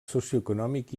socioeconòmic